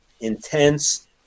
intense